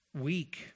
weak